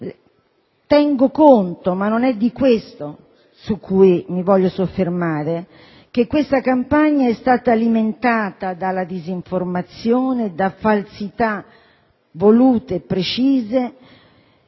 Tengo conto - ma non è su questo che mi voglio soffermare - che questa campagna è stata alimentata dalla disinformazione e da falsità volute e precise